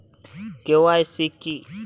KYC কি?